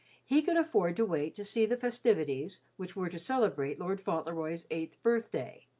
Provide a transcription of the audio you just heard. he could afford to wait to see the festivities which were to celebrate lord fauntleroy's eighth birthday.